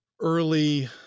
early